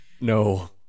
No